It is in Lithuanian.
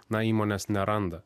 na įmonės neranda